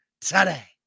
today